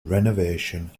renovation